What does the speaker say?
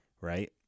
right